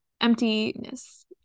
emptiness